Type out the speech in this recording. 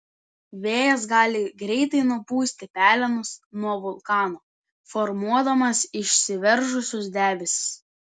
vėjas gali greitai nupūsti pelenus nuo vulkano formuodamas išsiveržusius debesis